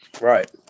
Right